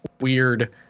weird